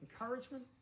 encouragement